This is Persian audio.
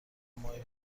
ماهی